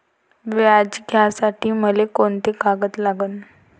व्याज घ्यासाठी मले कोंते कागद लागन?